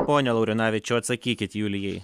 pone laurinavičiau atsakykit julijai